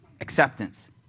Acceptance